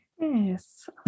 Yes